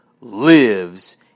lives